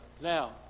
Now